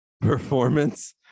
performance